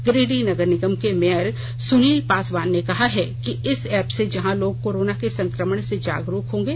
गिरिडीह नगर निगम के मेयर सुनील पासवान ने कहा है इस एप से जहां लोग कोरोना के संकमण से जागरूक होंगे